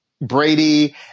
Brady